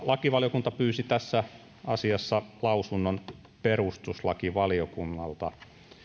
lakivaliokunta pyysi tässä asiassa lausunnon perustuslakivaliokunnalta